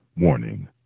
Warning